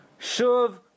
Shuv